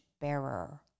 bearer